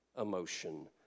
emotion